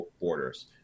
borders